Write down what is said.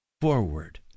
forward